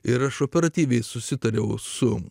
ir aš operatyviai susitariau su